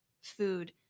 food